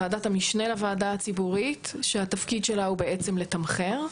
ועדת המשנה לוועדה הציבורית שהתפקיד שלה הוא בעצם לתמחר.